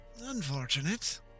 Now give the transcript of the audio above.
Unfortunate